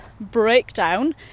breakdown